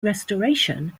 restoration